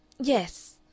Yes